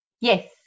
Yes